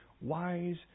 wise